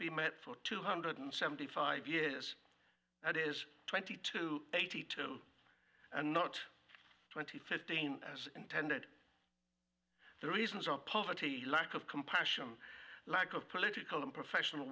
be met for two hundred seventy five years that is twenty two eighty two and not twenty fifteen as intended the reasons are poverty lack of compassion lack of political and professional